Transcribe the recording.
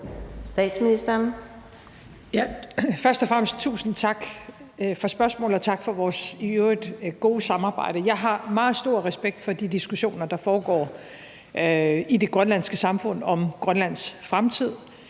Først og fremmest tusind tak for spørgsmålet, og tak for vores i øvrigt gode samarbejde. Jeg har meget stor respekt for de diskussioner, der foregår i det grønlandske samfund om Grønlands fremtid.